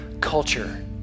culture